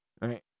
Right